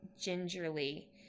gingerly